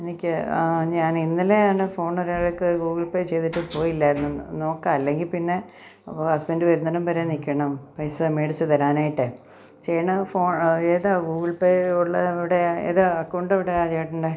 എനിക്ക് ഞാന് ഇന്നലെയാണ് ഫോണൊരാള് ഗൂഗിള് പേ ചെയ്തിട്ട് പോയില്ലായിരുന്നു നോക്ക അല്ലെങ്കില്പ്പിന്നെ ഹസ്ബെൻ്റ് വെര്ന്നേടമ്പരെ നില്ക്കണം പൈസ മേടിച്ച് തരാനായിട്ടേ ചേട്ടന് ഫോൺ ഏതാ ഗൂഗ്ൾ പേയോ ഉള്ളയേടെയ് ഏതാ അക്കൗണ്ടെവിടെയാ ചേട്ടൻ്റെ